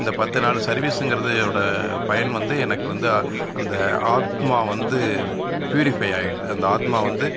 இந்த பத்து நாள் சர்வீஸுங்கறதோட பயன் வந்து எனக்கு வந்து அந்த ஆத்மா வந்து ஃப்யூரிஃபை ஆயிடுது அந்த ஆத்மா வந்து